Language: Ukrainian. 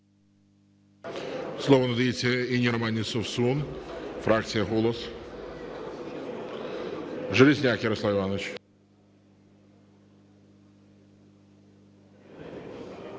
Слово надається Інні Романівні Совсун, фракція "Голос". Железняк Ярослав Іванович.